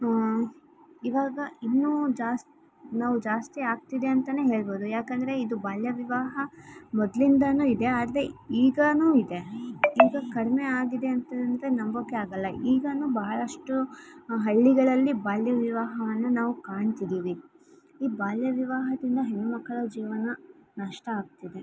ಇವಾಗ ಇನ್ನೂ ಜಾಸ್ತಿ ನಾವು ಜಾಸ್ತಿ ಆಗ್ತಿದೆ ಅಂತನೇ ಹೇಳ್ಬೋದು ಯಾಕಂದರೆ ಇದು ಬಾಲ್ಯ ವಿವಾಹ ಮೊದಲಿಂದನು ಇದೆ ಆದರೆ ಈಗಲೂ ಇದೆ ಈಗ ಕಡಿಮೆ ಆಗಿದೆ ಅಂತಂದರೆ ನಂಬೋಕೆ ಆಗಲ್ಲ ಈಗಲೂ ಬಹಳಷ್ಟು ಹಳ್ಳಿಗಳಲ್ಲಿ ಬಾಲ್ಯ ವಿವಾಹವನ್ನು ನಾವು ಕಾಣ್ತಿದೀವಿ ಈ ಬಾಲ್ಯ ವಿವಾಹದಿಂದ ಹೆಣ್ಮಕ್ಕಳ ಜೀವನ ನಷ್ಟ ಆಗ್ತಿದೆ